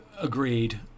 Agreed